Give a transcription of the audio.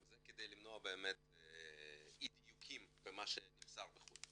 זה כדי למנוע באמת אי דיוקים במה שנמסר בחו"ל.